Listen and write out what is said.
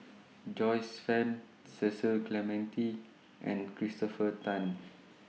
Joyce fan Cecil Clementi and Christopher Tan